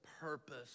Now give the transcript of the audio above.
purpose